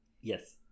Yes